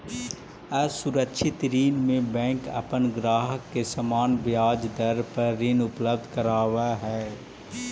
असुरक्षित ऋण में बैंक अपन ग्राहक के सामान्य ब्याज दर पर ऋण उपलब्ध करावऽ हइ